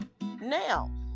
Now